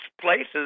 places